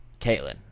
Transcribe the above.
Caitlyn